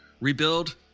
rebuild